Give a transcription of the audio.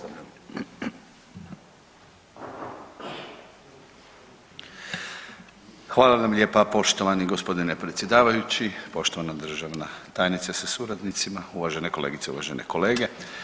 Hvala vam lijepa poštovani g. predsjedavajući, poštovani državna tajnice sa suradnicima, uvažene kolegice, uvažene kolege.